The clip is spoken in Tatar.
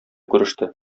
күреште